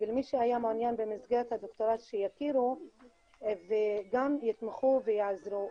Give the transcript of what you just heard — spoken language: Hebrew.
ולמי שהיה מעוניין במסגרת הדוקטורט שיכירו וגם יתמכו ויעזרו.